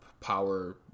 power